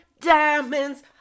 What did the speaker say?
diamonds